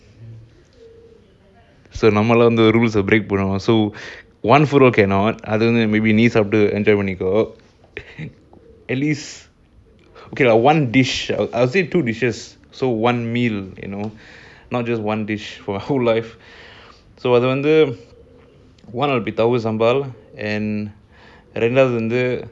so நம்மலாம்வந்து:nammalam vandhu cannot at least okay lah one dish I would say two dishes so one meal not just one dish for my whole life so one would be tauhu sambal ரெண்டாவதுவந்து:rendavathu vandhu okay salmon fish and